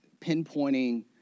pinpointing